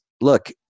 Look